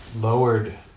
lowered